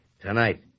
Tonight